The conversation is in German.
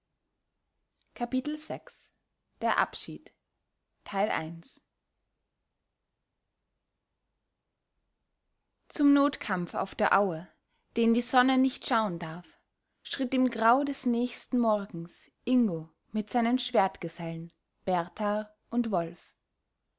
der abschied zum notkampf auf der aue den die sonne nicht schauen darf schritt im grau des nächsten morgens ingo mit seinen schwertgesellen berthar und wolf